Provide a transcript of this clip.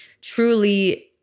truly